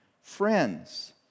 friends